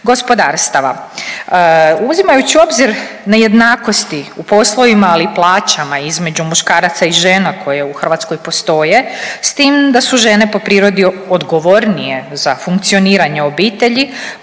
OPG-ova. Uzimajući u obzir nejednakosti u poslovima, ali i plaćama između muškaraca i žena koje u Hrvatskoj postoje s tim da su žene po prirodi odgovornije za funkcioniranje obitelji,